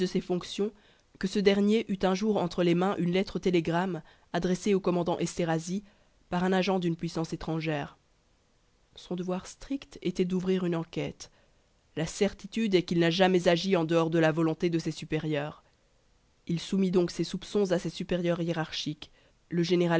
ses fonctions que ce dernier eut un jour entre les mains une lettre télégramme adressée au commandant esterhazy par un agent d'une puissance étrangère son devoir strict était d'ouvrir une enquête la certitude est qu'il n'a jamais agi en dehors de la volonté de ses supérieurs il soumit donc ses soupçons à ses supérieurs hiérarchiques le